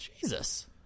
Jesus